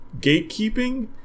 gatekeeping